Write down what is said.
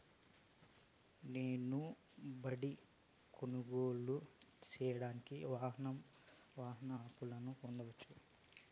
నేను బండి కొనుగోలు సేయడానికి వాహన అప్పును పొందవచ్చా?